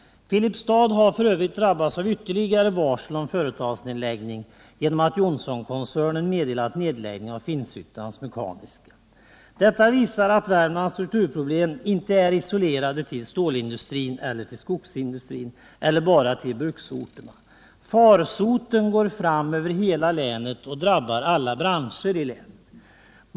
Filipstad har f.ö. drabbats av ytterligare varsel om företagsnedläggning genom att Johnsonkoncernen meddelat nedläggning av Finnshyttans Mekaniska. Detta visar att Värmlands strukturproblem inte är isolerade till stålindustrin eller skogsindustrin eller bara till bruksorterna. Farsoten går fram över hela länet och drabbar alla branscher i länet.